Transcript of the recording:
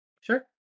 Sure